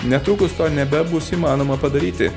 netrukus to nebebus įmanoma padaryti